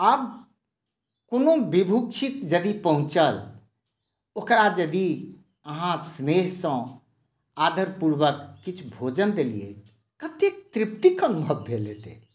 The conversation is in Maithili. आब कोनो विभुक्षित कोनो पहुँचल ओकरा यदि अहाँ स्नेहसँ आदरपुर्वक किछु भोजन देलियै कतेक तृप्तिकेँ अनुभव भेल हेतै